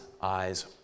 eyes